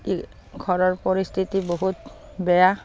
এই ঘৰৰ পৰিস্থিতি বহুত বেয়া